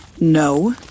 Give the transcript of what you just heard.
No